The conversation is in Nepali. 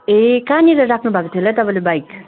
ए कहाँनिर राख्नु भएको थियो होला है तपाईँले बाइक